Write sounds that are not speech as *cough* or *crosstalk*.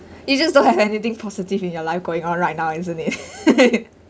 you just don't have anything positive in your life going on right now isn't it *laughs*